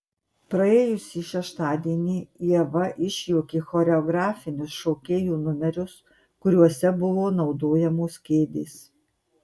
praėjusį šeštadienį ieva išjuokė choreografinius šokėjų numerius kuriuose buvo naudojamos kėdės